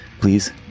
please